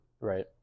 Right